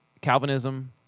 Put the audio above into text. Calvinism